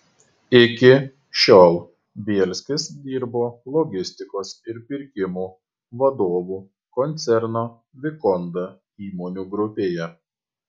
iki šiol bielskis dirbo logistikos ir pirkimų vadovu koncerno vikonda įmonių grupėje